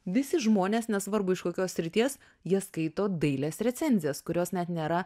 visi žmonės nesvarbu iš kokios srities jie skaito dailės recenzijas kurios net nėra